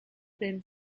been